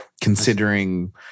considering